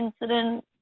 incident